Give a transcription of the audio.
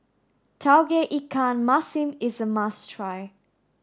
Tauge Ikan Masin is a must try